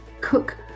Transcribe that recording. cook